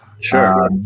Sure